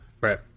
Right